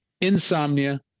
insomnia